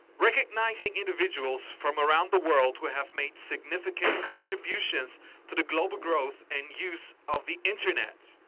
recognizing individuals from around the world who have made significant contributions to the global growth and use of the internet.